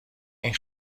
این